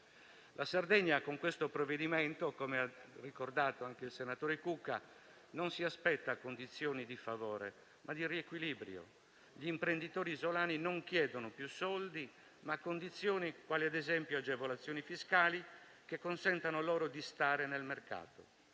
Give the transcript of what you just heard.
La Sardegna, con questo provvedimento, come ha ricordato anche il senatore Cucca, non si aspetta condizioni di favore, ma di riequilibrio. Gli imprenditori isolani non chiedono più soldi, ma condizioni quali ad esempio agevolazioni fiscali che consentano loro di stare nel mercato;